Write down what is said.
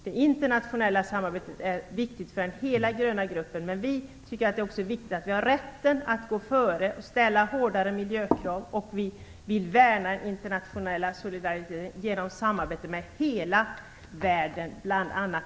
Det internationella samarbetet är viktigt för hela den gröna gruppen. Men vi tycker också att det är viktigt att vi har rätten att gå före och ställa hårdare miljökrav. Vi vill värna den internationella solidariteten genom samarbete med hela världen, bl.a.